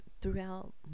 throughout